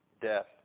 death